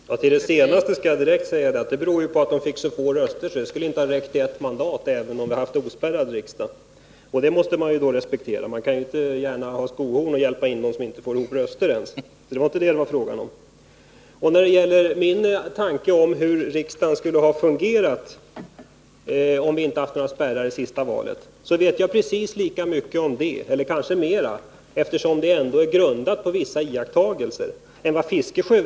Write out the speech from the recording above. Fru talman! Med anledning av det sista i Bertil Fiskesjös inlägg vill jag säga direkt att det ju berodde på att partiet fick så få röster. De skulle inte ha räckt till ett mandat även om vi haft ett valsystem utan spärrar. Det måste man då respektera. Man kan inte gärna ha skohorn och hjälpa in dem som inte får ihop tillräckligt med röster. Det var inte detta det var fråga om. Hur det skulle ha fungerat ifall vi inte haft några spärrar vid det senaste valet vet jag kanske mera om än vad Bertil Fiskesjö vet om detta med att det skulle bli tio eller elva partier i riksdagen.